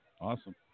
Awesome